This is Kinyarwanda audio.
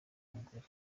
umugore